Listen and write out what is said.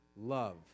love